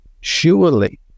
Surely